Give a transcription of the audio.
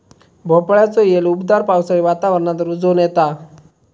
भोपळ्याचो येल उबदार पावसाळी वातावरणात रुजोन येता